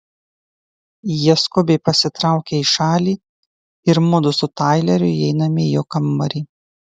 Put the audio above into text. jie skubiai pasitraukia į šalį ir mudu su taileriu įeiname į jo kambarį